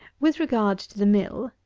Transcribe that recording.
with regard to the mill,